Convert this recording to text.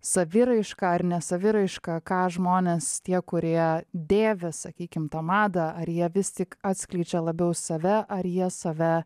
saviraiška ar ne saviraiška ką žmonės tie kurie dėvi sakykim tą madą ar jie vis tik atskleidžia labiau save ar jie save